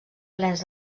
plens